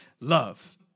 love